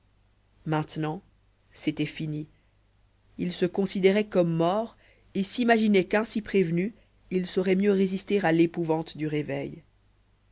maintenant c'était fini il se considérait comme mort et s'imaginait qu'ainsi prévenu il saurait mieux résister à l'épouvante du réveil